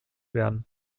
werden